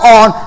on